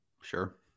sure